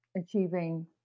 achieving